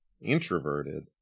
introverted